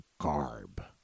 garb